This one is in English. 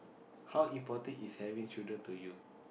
how important is having children to you